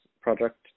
project